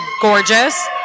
gorgeous